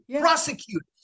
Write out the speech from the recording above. prosecute